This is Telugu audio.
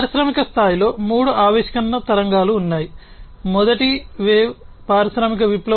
పారిశ్రామిక స్థాయిలో మూడు ఆవిష్కరణల